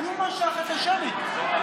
הוא משך את השמית.